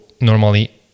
normally